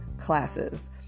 classes